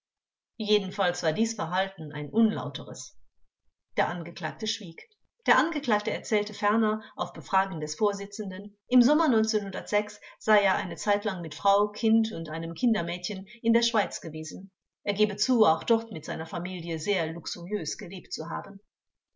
jedenfalls war dies verhalten ein unlauteres der angeklagte schwieg der angeklagte erzählte ferner auf befragen des vorsitzenden im sommer sei er eine zeitlang mit frau kind und einem kindermädchen in der schweiz gewesen er gebe zu auch dort mit seiner familie sehr luxuriös gelebt zu haben